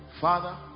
Father